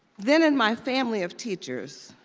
then in my family of teachers,